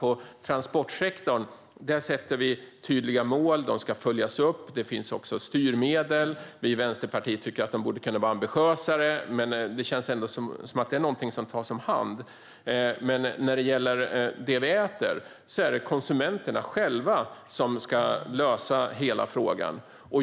För transportsektorn sätter vi tydliga mål som ska följas upp, och det finns styrmedel. Vi i Vänsterpartiet tycker att målen hade kunnat vara ambitiösare, men det känns ändå som att transportsektorn tas om hand. När det gäller det vi äter är det dock konsumenterna själva som ska lösa hela frågan.